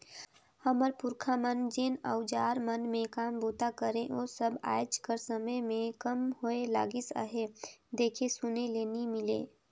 हमर पुरखा मन जेन अउजार मन मे काम बूता करे ओ सब आएज कर समे मे कम होए लगिस अहे, देखे सुने ले नी मिले